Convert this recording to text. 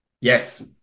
Yes